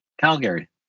Calgary